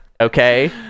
Okay